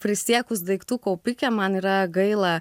prisiekus daiktų kaupikė man yra gaila